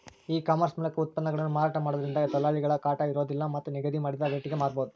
ಈ ಕಾಮರ್ಸ್ ಮೂಲಕ ಉತ್ಪನ್ನಗಳನ್ನ ಮಾರಾಟ ಮಾಡೋದ್ರಿಂದ ದಲ್ಲಾಳಿಗಳ ಕಾಟ ಇರೋದಿಲ್ಲ ಮತ್ತ್ ನಿಗದಿ ಮಾಡಿದ ರಟೇಗೆ ಮಾರಬೋದು